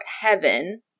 heaven